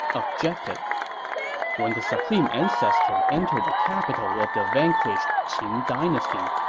objected when the supreme ancestor entered the capital of the vanquished qin dynasty,